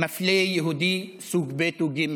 מפלה יהודי סוג ב' או ג',